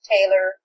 Taylor